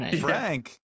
Frank